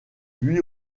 lui